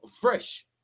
fresh